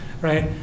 Right